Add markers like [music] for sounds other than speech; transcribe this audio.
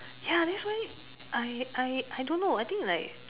ya that's why I I I don't know I think like [noise]